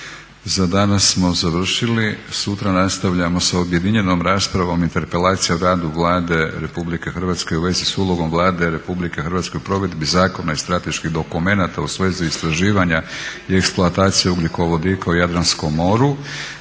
Za danas smo završili. Sutra nastavljamo s objedinjenom raspravom Interpelacija o radu Vlade Republike Hrvatske u vezi s ulogom Vlade Republike Hrvatske u provedbi zakona i strateških dokumenata u svezi istraživanja i eksploatacije ugljikovodika u Jadranskom moru